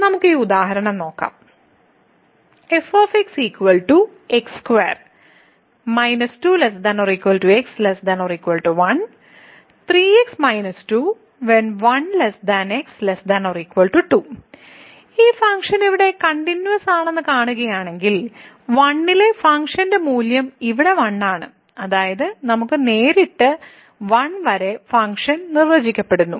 നമുക്ക് ഈ ഉദാഹരണം നോക്കാം ഈ ഫംഗ്ഷൻ ഇവിടെ കണ്ടിന്യൂവസ് ആണെന്ന് കാണുകയാണെങ്കിൽ 1 ലെ ഫംഗ്ഷൻ മൂല്യം ഇവിടെ 1 ആണ് അതായത് നമുക്ക് നേരിട്ട് 1 വരെ ഫംഗ്ഷൻ നിർവചിക്കപ്പെടുന്നു